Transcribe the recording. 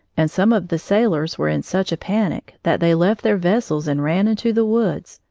and some of the sailors were in such a panic that they left their vessels and ran into the woods,